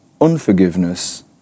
unforgiveness